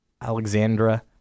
Alexandra